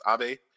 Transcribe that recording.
Abe